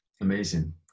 Amazing